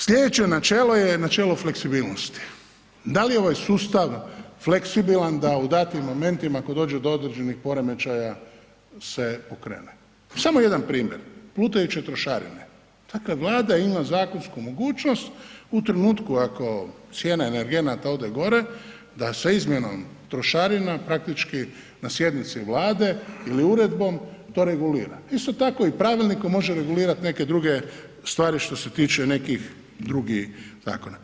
Slijedeće načelo je načelo fleksibilnosti, da li je ovaj sustav fleksibilan da u datim momentima ako dođu do određenih poremećaja se pokrene, pa samo jedan primjer, plutajuće trošarine, dakle Vlada ima zakonsku mogućnost u trenutku ako cijene energenata ode gore da se izmjenom trošarina praktički na sjednici Vlade ili uredbom to regulira, isto tako i pravilnikom može regulirat neke druge stvari što se tiče nekih drugih zakona.